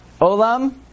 Olam